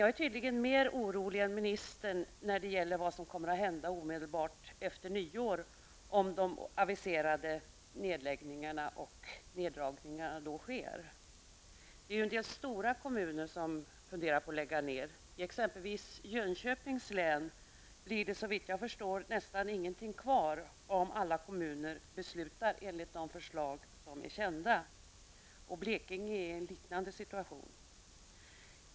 Jag är tydligen mer orolig än ministern inför vad som kommer att hända omedelbart efter nyår, om de aviserade nedläggningarna och neddragningarna då sker. Det är i en del stora kommuner som man funderar på att lägga ned verksamheten. I t.ex. Jönköpings län blir det, såvitt jag förstår, nästan ingenting kvar om alla kommuner beslutar enligt de förslag som är kända. I Blekinge län befinner man sig i en liknande situation.